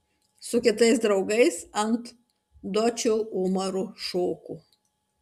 su kitais draugais ant dočio umaru šoko